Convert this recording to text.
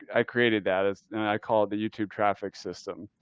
i created that as, and i call it, the youtube traffic system.